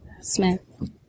Smith